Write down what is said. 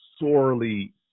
sorely